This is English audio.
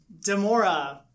DeMora